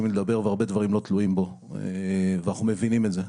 מי לדבר והרבה דברים לא תלויים בו ואנחנו מבינים את זה,